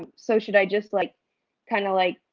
so, should i just like kind of like